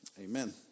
Amen